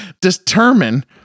determine